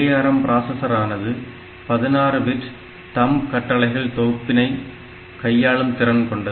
ARM பிராசஸரானது 16 bit thumb கட்டளைகள் தொகுப்பினை கையாளும் திறன் கொண்டது